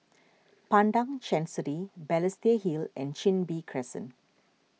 Padang Chancery Balestier Hill and Chin Bee Crescent